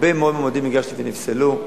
הרבה מאוד מועמדים הגשתי ונפסלו,